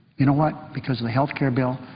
you know what? because of the health care bill,